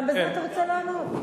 גם בזה אתה רוצה לענות?